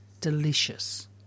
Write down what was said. delicious